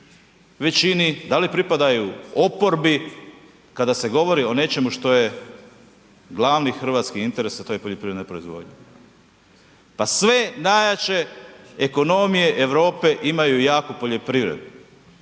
većini, da li pripadaju oporbi, kada se govori o nečemu što je glavni hrvatski interes, a to je poljoprivredna proizvodnja. Pa sve najjače ekonomije Europe imaju jaku poljoprivredu.